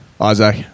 Isaac